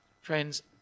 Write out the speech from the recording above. Friends